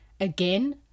Again